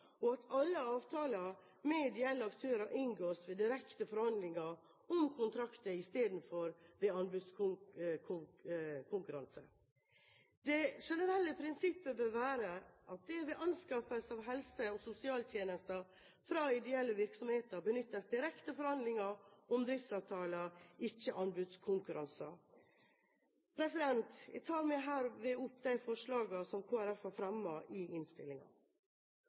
og at alle avtaler med ideelle aktører inngås ved direkte forhandlinger om kontrakter i stedet for ved anbudskonkurranse. Det generelle prinsippet bør være at det ved anskaffelse av helse- og sosialtjenester fra ideelle virksomheter benyttes direkte forhandlinger om driftsavtaler, ikke anbudskonkurranser. Jeg tar herved opp de forslagene som Kristelig Folkeparti har fremmet i